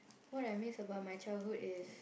what I miss about my childhood is